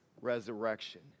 resurrection